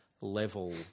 level